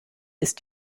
ist